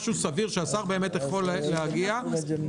משהו סביר שהשר באמת יכול להגיע לטפל בזה.